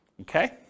Okay